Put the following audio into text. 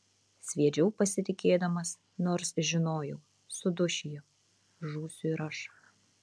sviedžiau pasitikėdamas nors žinojau suduš ji žūsiu ir aš